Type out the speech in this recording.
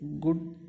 good